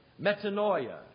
Metanoia